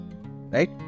Right